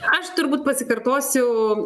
aš turbūt pasikartosiu